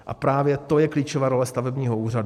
A právě to je klíčová role stavebního úřadu.